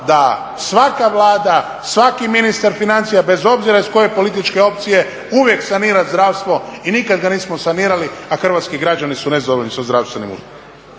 da svaka Vlada, svaki ministar financija, bez obzira iz koje političke opcije uvijek sanira zdravstvo i nikad ga nismo sanirali, a hrvatski građani su nezadovoljni sa zdravstvenim uslugama.